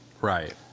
Right